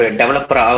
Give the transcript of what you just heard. developer